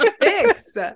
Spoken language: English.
fix